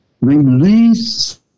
release